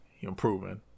improving